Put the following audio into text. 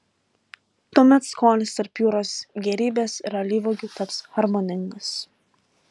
tuomet skonis tarp jūros gėrybės ir alyvuogių taps harmoningas